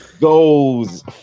Goals